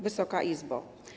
Wysoka Izbo!